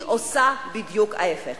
היא עושה בדיוק ההיפך,